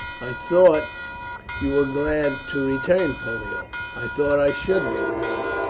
i thought you were glad to return, pollio? i thought i should be, beric,